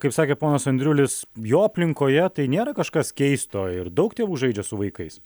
kaip sakė ponas andriulis jo aplinkoje tai nėra kažkas keisto ir daug tėvų žaidžia su vaikais